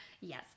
Yes